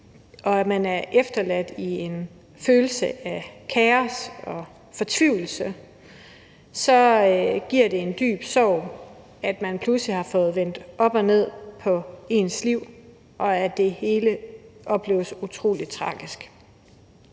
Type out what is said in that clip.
Og når man er efterladt med en følelse af kaos og fortvivlelse, giver det en dyb sorg, at man pludselig har fået vendt op og ned på sit liv, og det hele opleves utrolig tragisk.